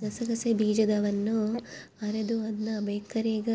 ಗಸಗಸೆ ಬೀಜದವನ್ನ ಅರೆದು ಅದ್ನ ಬೇಕರಿಗ